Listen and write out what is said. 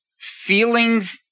feelings